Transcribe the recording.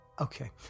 Okay